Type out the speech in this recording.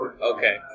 Okay